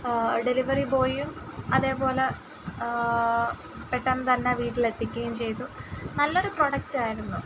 delivery ബോയിയും അതേപോലെ പെട്ടെന്ന് തന്നെ വീട്ടിൽ എത്തിക്കുകയും ചെയ്തു നല്ലൊരു പ്രൊഡക്റ്റ് ആയിരുന്നു